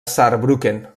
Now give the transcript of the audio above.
saarbrücken